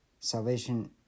Salvation